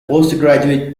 postgraduate